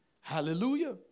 Hallelujah